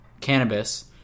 cannabis